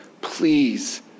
please